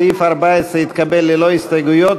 סעיף 14 התקבל ללא הסתייגויות,